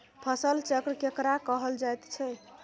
फसल चक्र केकरा कहल जायत छै?